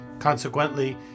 Consequently